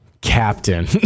Captain